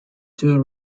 two